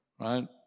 Right